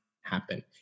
happen